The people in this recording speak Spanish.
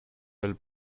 del